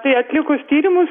tai atlikus tyrimus